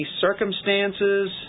circumstances